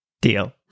Deal